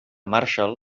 marshall